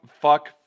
fuck